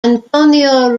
antonio